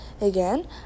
again